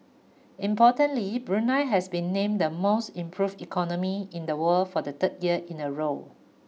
importantly Brunei has been named the most improved economy in the world for the third year in a row